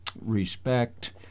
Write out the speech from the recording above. respect